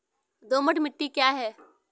दोमट मिट्टी क्या है?